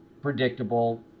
Predictable